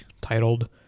titled